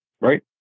Right